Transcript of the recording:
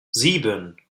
sieben